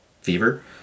fever